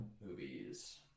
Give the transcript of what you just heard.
movies